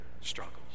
struggles